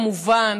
כמובן,